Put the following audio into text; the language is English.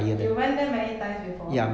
you went there many times before